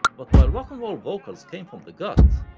but while rock'n'roll vocals came from the gut,